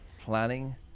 planning